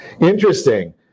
Interesting